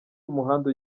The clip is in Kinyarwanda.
y’umuhanda